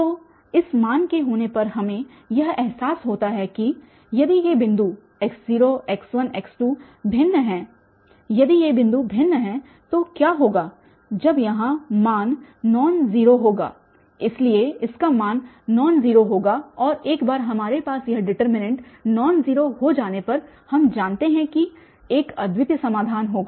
तो इस मान के होने पर हमें यह एहसास होता है कि यदि ये बिंदु x0x1x2 भिन्न हैं यदि ये बिंदु भिन्न हैं तो क्या होगा जब यहाँ मान नॉन ज़ीरो होगा इसलिए इसका मान नॉन ज़ीरो होगा और एक बार हमारे पास यह डेटर्मिनेन्ट नॉन ज़ीरो हो जाने पर हम जानते हैं कि एक अद्वितीय समाधान होगा